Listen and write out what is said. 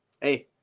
Hey